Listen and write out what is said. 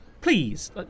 Please